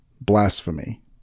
blasphemy